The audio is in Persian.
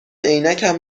عینکم